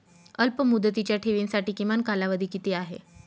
अल्पमुदतीच्या ठेवींसाठी किमान कालावधी किती आहे?